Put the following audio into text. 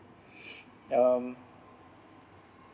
um